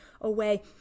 away